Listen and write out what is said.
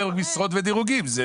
והדירוגים.